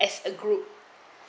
as a good